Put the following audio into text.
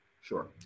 Sure